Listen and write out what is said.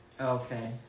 Okay